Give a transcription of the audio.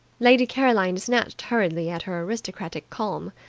lady caroline snatched hurriedly at her aristocratic calm.